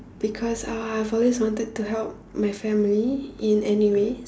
because I've always wanted to help my family in any way